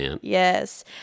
yes